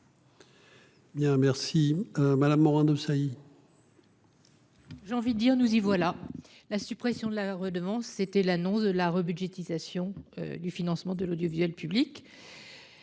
Bien merci Madame Morin-Desailly. J'ai envie de dire, nous y voilà. La suppression de la redevance. C'était l'annonce de la re-budgétisation du financement de l'audiovisuel public.